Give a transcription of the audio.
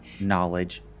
knowledge